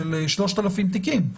של 3,000 תיקים.